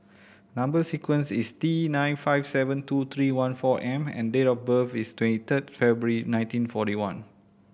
number sequence is T nine five seven two three one four M and date of birth is twenty third February nineteen forty one